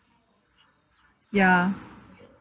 ya